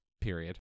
period